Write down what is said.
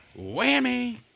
Whammy